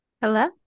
Hello